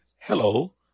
Hello